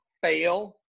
fail